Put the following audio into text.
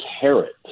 carrot